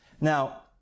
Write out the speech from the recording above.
Now